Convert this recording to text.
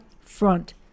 front